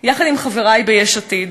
יחד עם חברי ביש עתיד,